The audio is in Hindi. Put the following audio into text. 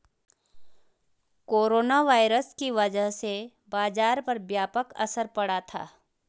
कोरोना वायरस की वजह से बाजार पर व्यापक असर पड़ा था